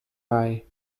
eye